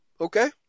Okay